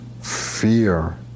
fear